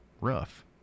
rough